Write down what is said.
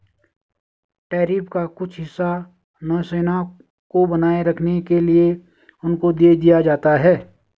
tariff का कुछ हिस्सा नौसेना को बनाए रखने के लिए उनको दे दिया जाता है